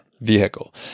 vehicle